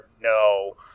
No